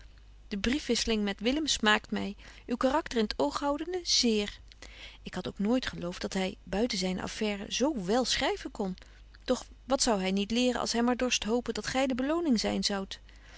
deken historie van mejuffrouw sara burgerhart uw karakter in t oog houdende zéér ik had ook nooit gelooft dat hy buiten zyne affaire zo wél schryven kon doch wat zou hy niet leren als hy maar dorst hopen dat gy de beloning zyn zoudt